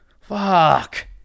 Fuck